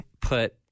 put